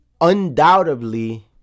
undoubtedly